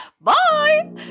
Bye